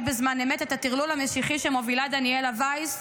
ב"זמן אמת" את הטרלול המשיחי שמובילה דניאל וייס,